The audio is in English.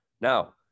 Now